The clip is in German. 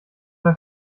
der